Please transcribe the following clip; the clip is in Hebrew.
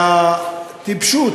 והטיפשות,